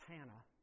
Hannah